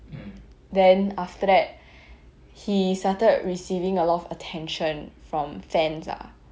then after that he started receiving a lot of attention from fans ah